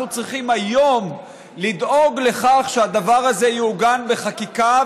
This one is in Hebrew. אנחנו צריכים היום לדאוג לכך שהדבר הזה יעוגן בחקיקה,